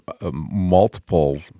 multiple